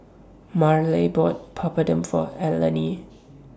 Mareli bought Papadum For Elaine